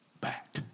back